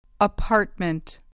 Apartment